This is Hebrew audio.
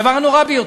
הדבר הנורא ביותר,